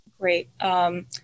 Great